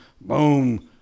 boom